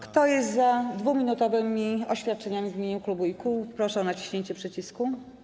Kto jest za 2-minutowymi oświadczeniami w imieniu klubów i koła, proszę o naciśnięcie przycisku.